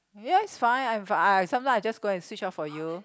yes fine I'm fine sometimes I'll just go and switch off for you